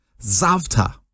Zavta